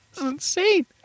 insane